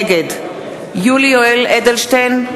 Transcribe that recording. נגד יולי יואל אדלשטיין,